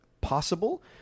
possible